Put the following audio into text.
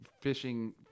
Fishing